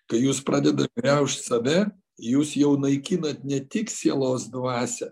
kai jūs pradeda griaužt save jūs jau naikinat ne tik sielos dvasią